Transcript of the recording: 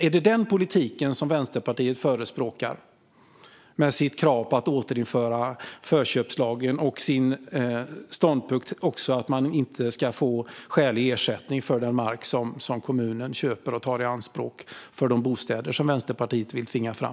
Är det sådan politik Vänsterpartiet förespråkar med sitt krav på att återinföra förköpslagen och sin ståndpunkt att man inte ska få skälig ersättning för den mark som kommunen köper och tar i anspråk för de bostäder som Vänsterpartiet vill tvinga fram?